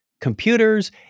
computers